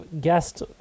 guest